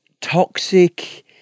toxic